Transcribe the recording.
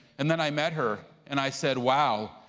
and then i met her and i said, wow,